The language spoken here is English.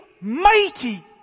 mighty